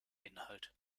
inhalt